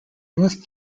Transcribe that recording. north